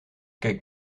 keek